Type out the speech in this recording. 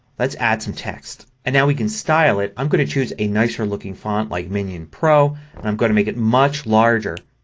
let's add some text. and now we can style it. i'm going to choose a nicer looking font like minion pro and i'm going to make it much larger.